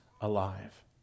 alive